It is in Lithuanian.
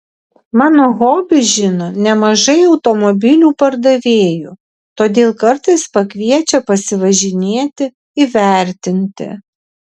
mano hobį žino nemažai automobilių pardavėjų todėl kartais pakviečia pasivažinėti įvertinti